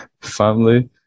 family